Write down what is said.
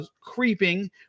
creeping